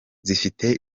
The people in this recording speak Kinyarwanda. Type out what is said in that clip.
zifite